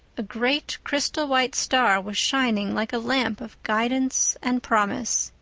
a great crystal-white star was shining like a lamp of guidance and promise.